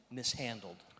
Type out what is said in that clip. mishandled